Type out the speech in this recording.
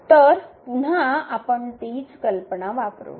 तर पुन्हा आपण तीच कल्पना वापरू